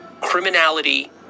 Criminality